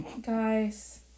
Guys